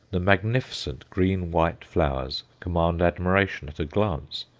the magnificent green-white flowers, command admiration at a glance,